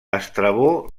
estrabó